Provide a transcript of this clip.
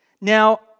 Now